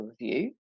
review